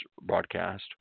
broadcast